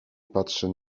patrzy